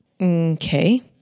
Okay